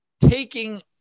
Taking